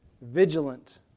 vigilant